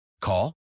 Call